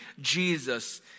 Jesus